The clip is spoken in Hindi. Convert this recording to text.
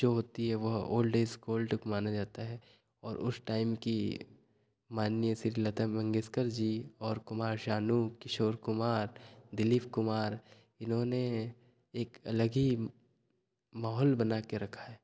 जो होती है वह ओल्ड एज़ गोल्ड माना जाता है और उस टाइम की माननीय श्री लता मंगेशकर जी और कुमार शानू किशोर कुमार दिलीप कुमार इन्होंने एक अलग ही माहौल बना कर रखा है